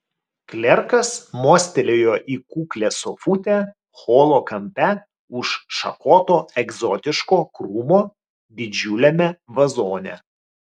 klerkas mostelėjo į kuklią sofutę holo kampe už šakoto egzotiško krūmo didžiuliame vazone